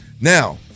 Now